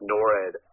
Norad